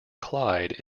clyde